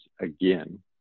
again